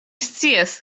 scias